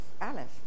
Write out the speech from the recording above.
Alice